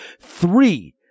three